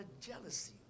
jealousy